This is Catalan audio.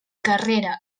carrera